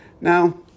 Now